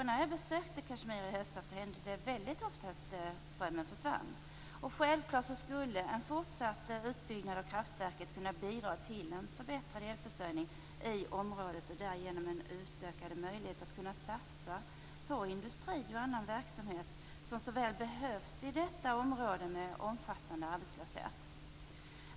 När jag besökte Kashmir i höstas hände det väldigt ofta att strömmen försvann. Självklart skulle en fortsatt utbyggnad av kraftverket kunna bidra till en förbättrad elförsörjning i området och därigenom en utökad möjlighet att satsa på industri och annan verksamhet som så väl behövs i detta område med omfattande arbetslöshet.